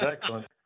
Excellent